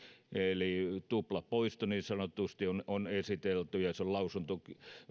eli niin sanottu tuplapoisto on esitelty ja se on